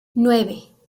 nueve